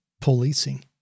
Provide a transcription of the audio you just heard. policing